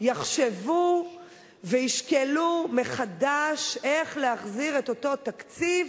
יחשבו וישקלו מחדש איך להחזיר את אותו תקציב